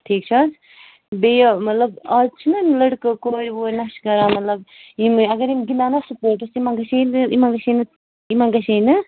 ٹھیٖک چھےٚ حظ بیٚیہِ مطلب آز چھِنَہ لٔڑکہٕ کورِ وورِ نَشہٕ کَران مطلب یِم اَگر یِم گِنٛدان نَہ سٕپوٹٕس تِمَن گَژھے نہٕ یِمَن گژھے نہٕ